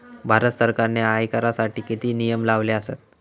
भारत सरकारने आयकरासाठी किती नियम लावले आसत?